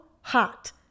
hot